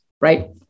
right